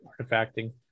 artifacting